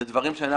זה דברים שאנחנו